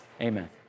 Amen